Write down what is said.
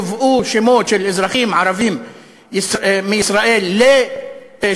יובאו שמות של אזרחים ערבים מישראל לשחרור,